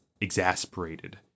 exasperated